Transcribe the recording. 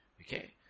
Okay